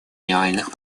реальных